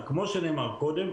כמו שנאמר קודם,